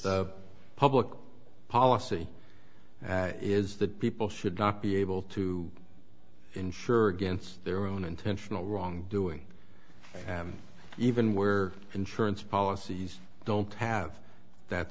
the public policy is that people should not be able to insure against their own intentional wrongdoing even where insurance policies don't have that